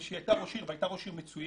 כשהיא הייתה ראש עיר והייתה ראש עיר מצוינת,